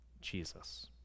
Jesus